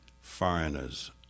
foreigners